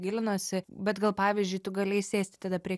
gilinosi bet gal pavyzdžiui tu galėjai sėsti tada prie